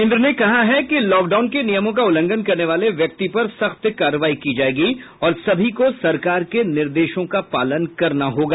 केंद्र ने कहा है कि लॉकडाउन के नियमों का उल्लंघन करने वाले व्यक्ति पर सख्त कार्रवाई की जाएगी और सभी को सरकार के निर्देशों का पालन करना होगा